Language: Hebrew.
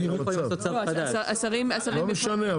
לא משנה,